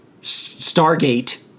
Stargate